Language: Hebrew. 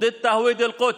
נגד ייהוד ירושלים,